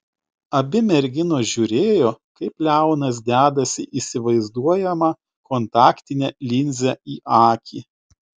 abi merginos žiūrėjo kaip leonas dedasi įsivaizduojamą kontaktinę linzę į akį